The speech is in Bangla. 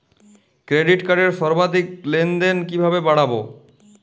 ক্রেডিট কার্ডের সর্বাধিক লেনদেন কিভাবে বাড়াবো?